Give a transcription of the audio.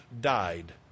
died